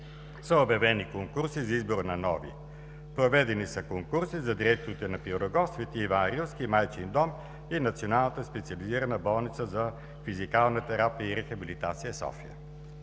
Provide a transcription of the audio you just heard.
са обявени конкурси за избор на нови. Проведени са конкурси за директорите на „Пирогов“, „Свети Иван Рилски“, „Майчин дом“ и Националната специализирана болница за физикална терапия и рехабилитация – София.